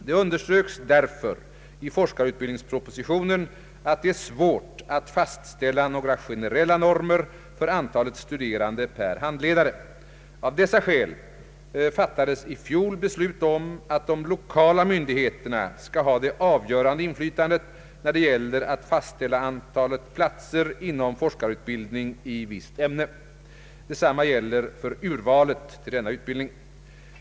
Det underströks därför i forskarutbildningspropositionen att det är svårt att fastställa några generella normer för antalet studerande per handledare. Av dessa skäl fattades i fjol beslut om att de lokala myndigheterna skall ha det avgörande inflytandet, när det gäller att fastställa antalet platser inom forskarutbildning i visst ämne. Detsam ma gäller för urvalet till denna utbildning.